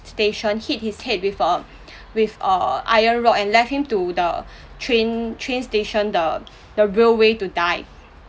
station hit his head with a with a iron rod and led him to the train train station the the railway to die